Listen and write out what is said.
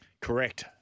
Correct